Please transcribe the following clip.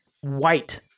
white